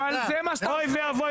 אוי ואבוי